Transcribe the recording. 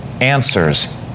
answers